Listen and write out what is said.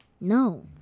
No